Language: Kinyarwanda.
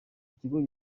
ikigo